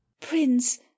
prince